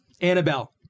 Annabelle